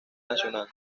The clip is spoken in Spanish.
nacional